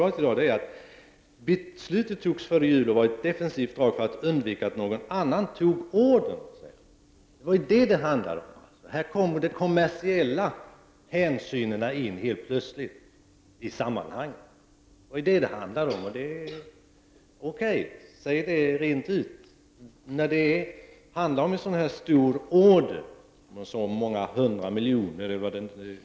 När det handlar om en så stor order som denna — jag tror att det rör sig om 800-900 miljoner — är det klart att man måste ta hänsyn till Ericsson, som ju inte vill gå miste om den här ordern. Det kan jag förstå. Men vi måste ändå, biståndsministern och regeringen, stå fast vid principen om de mänskliga rättigheterna. Vi kan inte låta sådana här hänsyn komma med i bilden i en fråga som denna. Inte någonting har ju förändrats till det bättre i Kina när det gäller de mänskliga rättigheterna. Herr talman! Det är alldeles sant.